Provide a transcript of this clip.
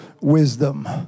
wisdom